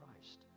Christ